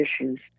issues